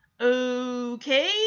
okay